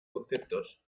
conceptos